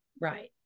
Right